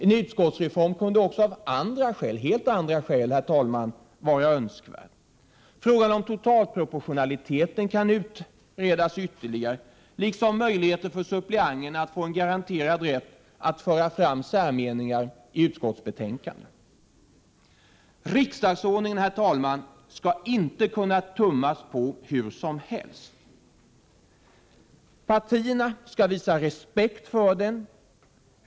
En utskottsreform kunde också av helt andra skäl, herr talman, vara önskvärd. Frågan om totalproportionaliteten kan utredas ytterligare liksom möjligheterna för suppleanter att få en garanterad rätt att föra fram särmeningar i utskottsbetänkanden. Riksdagsordningen, herr talman, skall det inte kunna tummas på hur som helst. Partierna skall visa respekt för den.